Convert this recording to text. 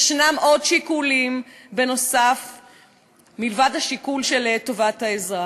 יש עוד שיקולים, מלבד השיקול של טובת האזרח.